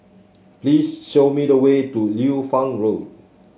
please show me the way to Liu Fang Road